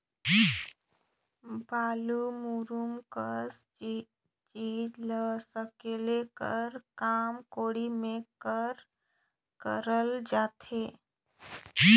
बालू, मूरूम कस चीज ल सकेले कर काम कोड़ी मे करल जाथे